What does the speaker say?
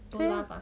can